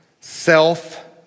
self